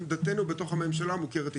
עמדנו בתוך הממשלה מוכרת היטב.